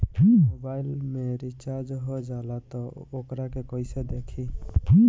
Mobile में recharge हो जाला त वोकरा के कइसे देखी?